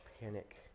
panic